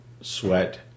sweat